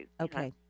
Okay